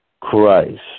Christ